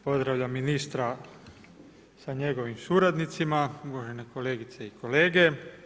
Pozdravljam ministra sa njegovim suradnicima, uvažene kolegice i kolege.